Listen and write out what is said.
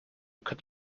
could